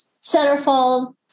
centerfold